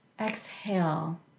Exhale